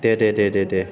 दे दे दे दे दे